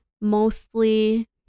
mostly